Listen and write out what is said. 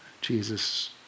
Jesus